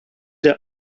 der